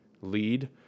lead